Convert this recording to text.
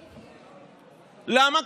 למה?